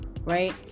right